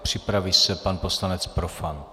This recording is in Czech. Připraví se pan poslanec Profant.